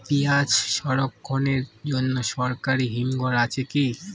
পিয়াজ সংরক্ষণের জন্য সরকারি হিমঘর আছে কি?